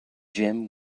gem